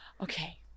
okay